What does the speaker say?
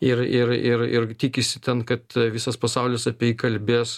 ir ir ir ir tikisi ten kad visas pasaulis apie jį kalbės